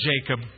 Jacob